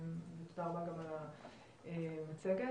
תודה גם על המצגת.